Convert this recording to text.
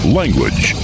language